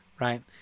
right